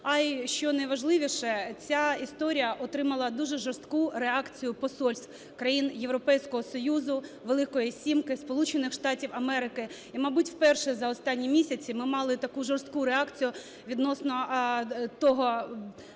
а, і що найважливіше, ця історія отримала дуже жорстку реакцію посольств країн Європейського Союзу, "Великої сімки", Сполучених Штатів Америки, і, мабуть, вперше за останні місяці ми мали таку жорстку реакцію відносно того…